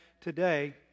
today